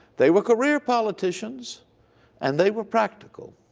they were career politicians and they were practical.